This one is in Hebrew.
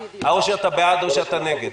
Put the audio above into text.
או שאתה בעד או שאתה נגד.